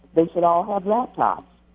they should all have laptops.